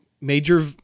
major